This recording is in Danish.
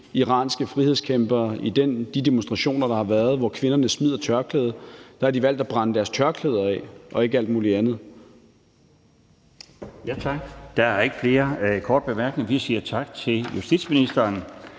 iranske frihedskæmpere i de demonstrationer, der har været, hvor kvinderne smider tørklædet, valgt at brænde deres tørklæder af – ikke alt muligt andet. Kl. 22:31 Den fg. formand (Bjarne Laustsen): Tak. Der er ikke flere korte bemærkninger. Vi siger tak til justitsministeren.